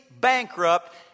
bankrupt